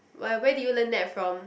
why where did you learn that from